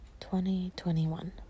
2021